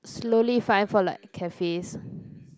slowly find for like cafes